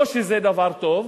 לא שזה דבר טוב,